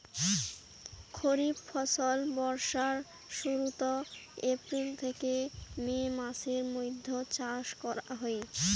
খরিফ ফসল বর্ষার শুরুত, এপ্রিল থেকে মে মাসের মৈধ্যত চাষ করা হই